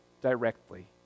directly